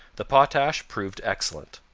the potash proved excellent.